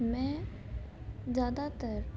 ਮੈਂ ਜ਼ਿਆਦਾਤਰ